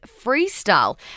freestyle